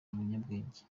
umunyabwenge